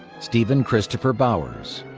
stephen christopher bauers.